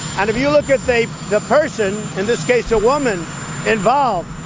kind of you look at, say, the person in this case, a woman involved?